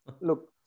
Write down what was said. look